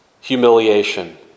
humiliation